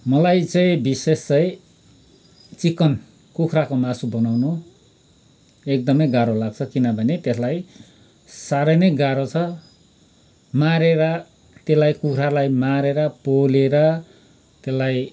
मलाई चै विशेष है चिकन कुखुराको मासु बनाउनु एक दमै गाह्रो लाग्छ किनभने त्यसलाई साह्रै नै गाह्रो छ मारेर त्यसलाई कुखुरालाई मारेर पालेर त्यसलाई